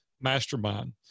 mastermind